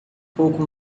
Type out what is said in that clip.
pouco